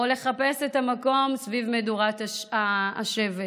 או לחפש את המקום סביב מדורת השבט.